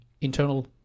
internal